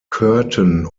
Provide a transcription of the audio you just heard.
curtain